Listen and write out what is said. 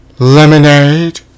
Lemonade